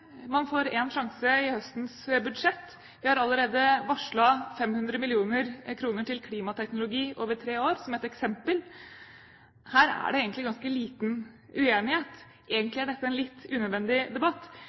Man får en sjanse i forbindelse med høstens budsjett. Vi har allerede varslet 500 mill. kr til klimateknologi over tre år, som et eksempel. Her er det egentlig ganske liten uenighet. Egentlig er dette en litt unødvendig debatt,